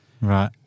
Right